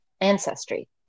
ancestry